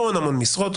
המון-המון משרות,